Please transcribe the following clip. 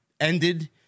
ended